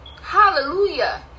Hallelujah